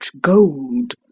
gold